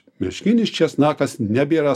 meškinis česnakas nebėra